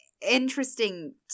interesting